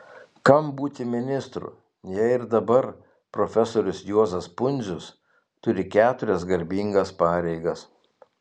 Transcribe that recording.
kam būti ministru jei ir dabar profesorius juozas pundzius turi keturias garbingas pareigas